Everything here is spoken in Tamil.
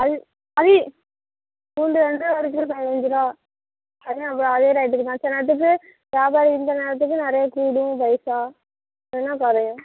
அது அது பூண்டு வந்து ஒரு கிலோ பதினைஞ்சிருவா அதுவும் இவ் அதே ரேட்டுக்கு தான் சில நேரத்துக்கு வியாபாரம் இருந்த நேரத்துக்கு நிறையா கூடும் பைசா இல்லைன்னா குறையும்